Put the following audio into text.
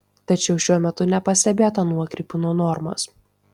tačiau šiuo metu nepastebėta nuokrypių nuo normos